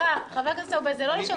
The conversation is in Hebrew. סליחה, חבר הכנסת ארבל, זה לא לשנות.